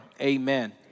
amen